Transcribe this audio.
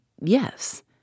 yes